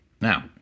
Now